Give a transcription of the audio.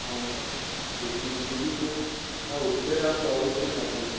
ହଁ ପା କୋଟି ଦୁଇ କୋଟି ମାନେ ଆ ଉପରେ ଆଉ ତଳକୁ କଥାବାର୍ତ୍ତା ନାହିଁ